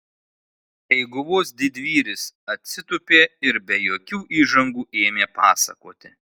eiguvos didvyris atsitūpė ir be jokių įžangų ėmė pasakoti